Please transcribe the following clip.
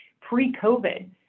pre-COVID